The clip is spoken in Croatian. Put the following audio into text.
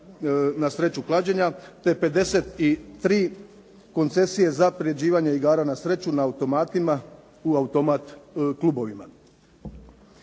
na sreću klađenja te 53 koncesije za priređivanje igara na sreću na automatima u automat klubovima.